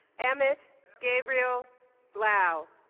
emmett gabriel blau